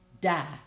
die